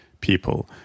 people